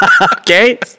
Okay